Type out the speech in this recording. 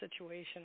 situation